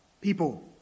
people